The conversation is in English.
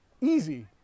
easy